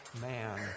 man